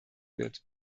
wird